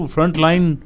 Frontline